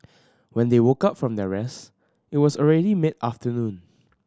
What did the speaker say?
when they woke up from their rest it was already mid afternoon